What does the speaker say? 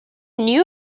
new